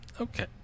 Okay